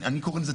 אני לא רואה,